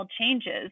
changes